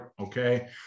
Okay